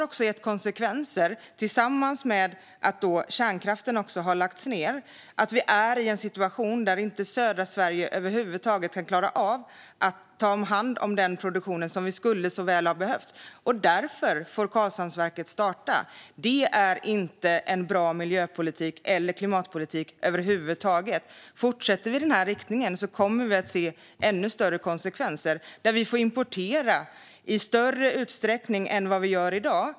Detta tillsammans med att kärnkraften har lagts ned har gett konsekvensen att vi är i en situation där södra Sverige inte över huvud taget klarar att ta hand om den produktion som vi så väl skulle ha behövt. Därför får Karlshamnsverket starta. Det är inte en bra miljö eller klimatpolitik över huvud taget. Fortsätter vi i den här riktningen kommer vi att se ännu större konsekvenser och få importera i större utsträckning än vad vi gör i dag.